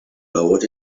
lowered